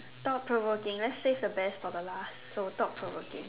thought provoking let's save the best for the last so thought provoking